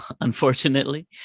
unfortunately